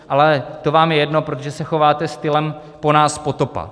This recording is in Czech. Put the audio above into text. Ale to vám je jedno, protože se chováte stylem po nás potopa.